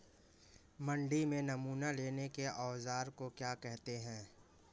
मंडी में नमूना लेने के औज़ार को क्या कहते हैं?